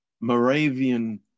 Moravian